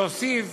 להוסיף